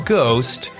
Ghost